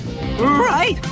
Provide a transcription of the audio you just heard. Right